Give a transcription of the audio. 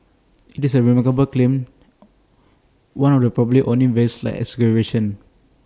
IT is A remarkable claim one of probably only very slight exaggeration